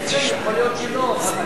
יכול להיות שכן, יכול להיות שלא.